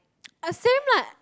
same lah